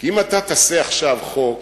כי אם אתה תעשה עכשיו חוק